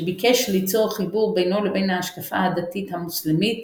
שביקש ליצור חיבור בינו לבין ההשקפה הדתית המוסלמית,